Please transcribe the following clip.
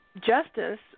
justice